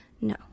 No